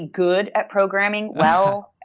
good at programming. well,